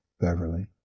Beverly